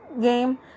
game